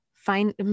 find